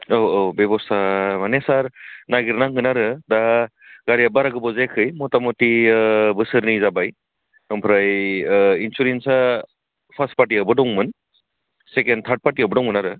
औ औ बेब'स्था माने सार नागिरनांगोन आरो दा गारिया बारा गोबाव जायाखै मथा मथि बोसोरनै जाबाय ओमफ्राय इन्सुरेन्सआ फार्स्त फार्थियावबो दंमोन सेकेन्ड थार्द फारथियावबो दंमोन आरो